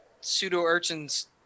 pseudo-urchin's